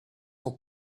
for